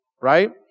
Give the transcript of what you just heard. right